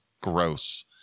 Gross